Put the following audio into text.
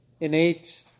innate